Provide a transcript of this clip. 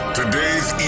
Today's